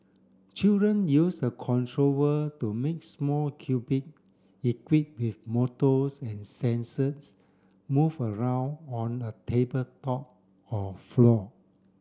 children use a controller to make small cubic equipped with motors and sensors move around on a tabletop or floor